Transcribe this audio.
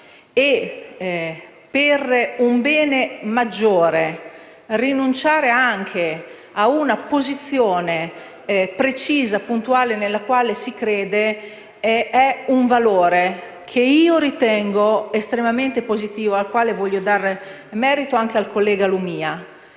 e, per un bene maggiore, rinunciare anche a una posizione precisa, puntuale, nella quale si crede è un valore che io ritengo estremamente positivo e del quale voglio rendere anche merito al collega Lumia,